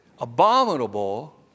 abominable